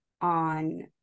on